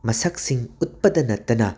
ꯃꯁꯛꯁꯤꯡ ꯎꯠꯄꯇ ꯅꯠꯇꯅ